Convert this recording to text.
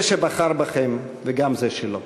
זה שבחר בכם וגם זה שלא.